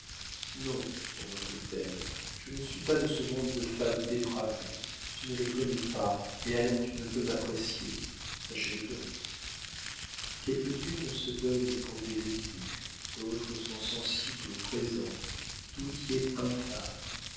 non reprit-elle je ne suis pas de ce monde de femmes dépravées tu ne le connais pas et alors tu ne peux m'apprécier sache-le donc quelques-unes se donnent pour des écus d'autres sont sensibles aux présents tout y est